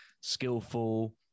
skillful